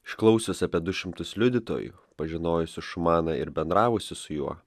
išklausius apie du šimtus liudytojų pažinojusių šumaną ir bendravusių su juo